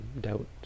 doubt